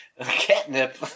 catnip